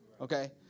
Okay